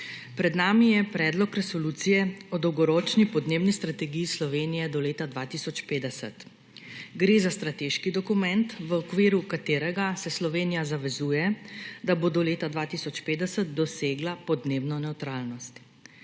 Pred nami je Predlog resolucije o Dolgoročni podnebni strategiji Slovenije do leta 2050. Gre za strateški dokument, v okviru katerega se Slovenija zavezuje, da bo do leta 2050 dosegla podnebno nevtralnost.